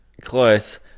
Close